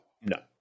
No